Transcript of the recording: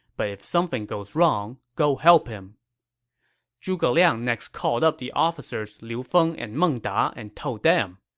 but if something goes wrong, go help him zhuge liang next called up the officers liu feng and meng da and told them,